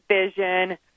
vision